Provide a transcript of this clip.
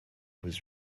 with